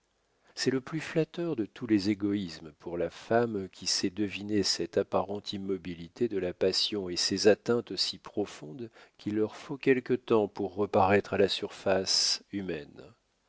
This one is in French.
c'est le plus flatteur de tous les égoïsmes pour la femme qui sait deviner cette apparente immobilité de la passion et ces atteintes si profondes qu'il leur faut quelque temps pour reparaître à la surface humaine